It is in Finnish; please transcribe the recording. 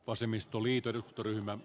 hyvä me